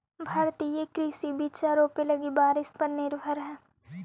भारतीय कृषि बिचा रोपे लगी बारिश पर निर्भर हई